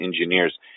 engineers